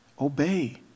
Obey